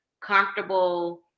comfortable